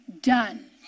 done